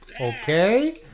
okay